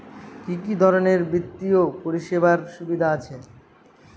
কি কি ধরনের বিত্তীয় পরিষেবার সুবিধা আছে?